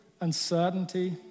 uncertainty